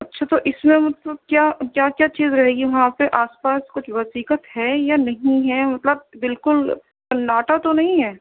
اچھا تو اِس میں مطلب کیا کیا کیا چیز رہے گی وہاں پہ آس پاس کچھ وسیقت ہے یا نہیں ہے مطلب بالکل سناٹا تو نہیں ہے